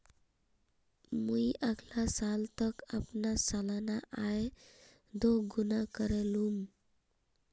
मी अगला साल तक अपना सालाना आय दो गुना करे लूम